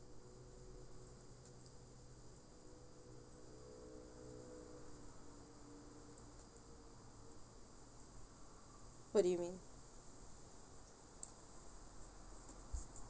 what do you mean